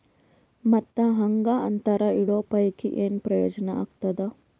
ಮತ್ತ್ ಹಾಂಗಾ ಅಂತರ ಇಡೋ ಪೈಕಿ, ಏನ್ ಪ್ರಯೋಜನ ಆಗ್ತಾದ?